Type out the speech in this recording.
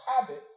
habits